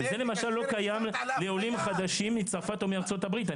זה למשל לא קיים לעולים חדשים מצרפת או מארצות הברית,